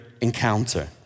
encounter